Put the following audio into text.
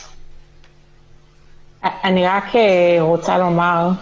אני רק רוצה לומר,